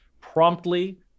promptly